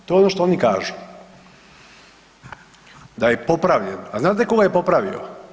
To je ono što oni kažu da je popravljen, a znate ko ga je popravio?